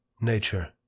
NATURE